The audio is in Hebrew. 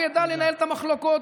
הוא ידע לנהל את המחלוקות,